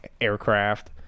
aircraft